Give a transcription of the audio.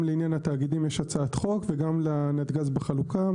גם לעניין התאגידים יש הצעת חוק וגם לנתג"ז בחלוקה.